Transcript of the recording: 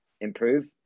Improve